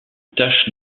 tache